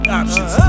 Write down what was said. options